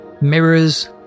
mirrors